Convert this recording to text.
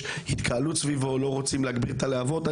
התקהלות סביבו ולא רוצים להגביר את הלהבות.